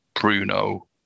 Bruno